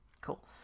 Cool